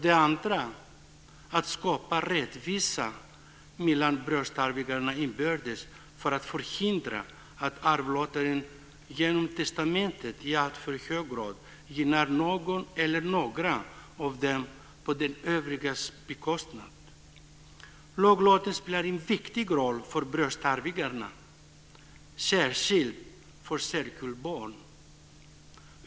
Det andra är att skapa rättvisa mellan bröstarvingarna inbördes för att förhindra att arvlåtaren genom testamente i alltför hög grad gynnar någon eller några av dem på de övrigas bekostnad. Laglotten spelar en viktig roll för bröstarvingarna och särskilt för särkullbarn.